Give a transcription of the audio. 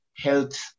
health